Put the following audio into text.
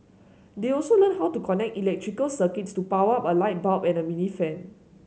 they also learnt how to connect electrical circuits to power up a light bulb and a mini fan